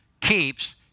keeps